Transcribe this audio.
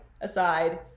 Aside